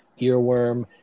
earworm